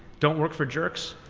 don't work for jerks,